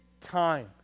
time